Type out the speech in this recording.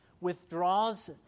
withdraws